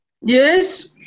Yes